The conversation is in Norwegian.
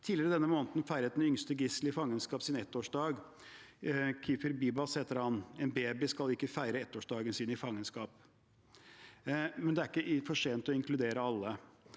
Tidligere denne måneden feiret det yngste gisselet i fangenskap sin ett års dag. Kfir Bibas heter han. En baby skal ikke feire ett års dagen sin i fangenskap. Det er ikke for sent å inkludere alle.